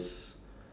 ya